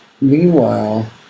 Meanwhile